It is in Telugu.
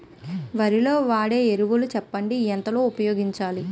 వరిలో వాడే ఎరువులు చెప్పండి? ఎంత లో ఉపయోగించాలీ?